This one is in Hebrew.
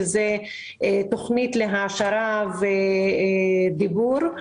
שזאת תכנית להעשרה ודיבור.